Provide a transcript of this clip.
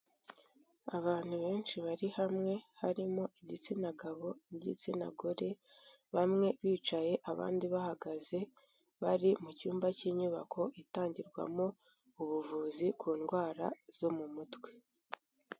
Abantu benshi bari hamwe harimo igitsina gabo, igitsina gore bamwe bicaye abandi bahagaze bari mu cyumba cy'inyubako itangirwamo ubuvuzi ku ndwara zo mu mutwe.